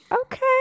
Okay